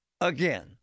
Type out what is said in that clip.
again